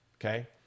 okay